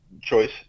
choice